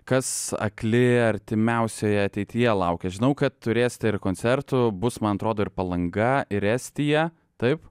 kas akli artimiausioje ateityje laukia žinau kad turėsite ir koncertų bus man atrodo ir palanga ir estija taip